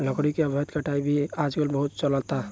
लकड़ी के अवैध कटाई भी आजकल बहुत चलता